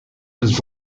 was